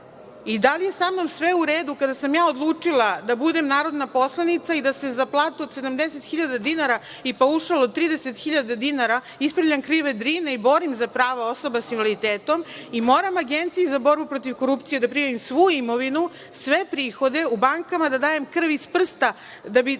i da li je sa mnom sve u redu kada sam odlučila da budem narodna poslanica i da se za platu od 70.000 dinara i paušal od 30.000 dinara ispravljam krive Drine i borim za prava osoba sa invaliditetom i moram Agenciji za borbu protiv korupcije da prijavim svu imovinu, sve prihode u bankama, da dajem krv iz prsta da bih